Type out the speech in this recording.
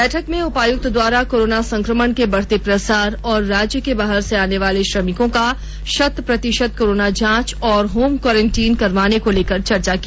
बैठक में उपायुक्त द्वारा कोरोना संक्रमण के बढ़ते प्रसार एवं राज्य के बाहर से आने वाले श्रमिको का शत प्रतिशत कोरोना जांच एवं होम क्वारंटाइन करवाने को लेकर चर्चा की